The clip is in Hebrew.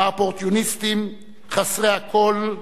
מהאופורטוניסטים חסרי הקול,